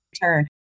turn